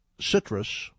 citrus